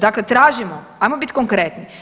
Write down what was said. Dakle tražimo, ajmo biti konkretni.